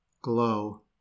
glow